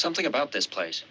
something about this place